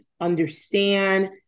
understand